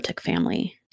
family